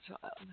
child